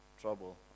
trouble